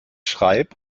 schreib